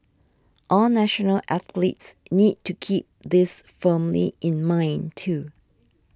all national athletes need to keep this firmly in mind too